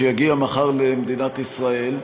שיגיע מחר למדינת ישראל.